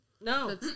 No